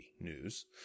news